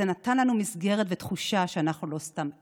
זה נתן לנו מסגרת בתחושה שאנחנו לא סתם עדר".